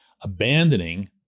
abandoning